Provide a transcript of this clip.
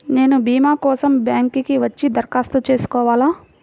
నేను భీమా కోసం బ్యాంక్కి వచ్చి దరఖాస్తు చేసుకోవాలా?